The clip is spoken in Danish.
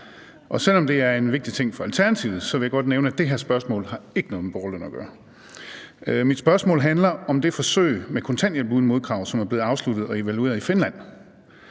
Selv om det er en vigtig ting for Alternativet, vil jeg godt nævne, at det her spørgsmål ikke har noget med borgerløn at gøre. Mit spørgsmål handler om det forsøg med kontanthjælp uden modkrav, som er blevet afsluttet og evalueret i Finland.